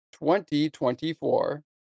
2024